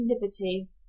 liberty